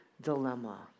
dilemma